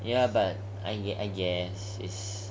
ya but I guess its